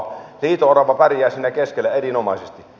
liito orava pärjää siinä keskellä erinomaisesti